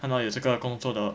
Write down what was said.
看到有这个工作的